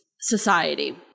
society